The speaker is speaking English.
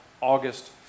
August